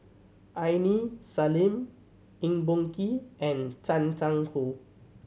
Aini Salim Eng Boh Kee and Chan Chang How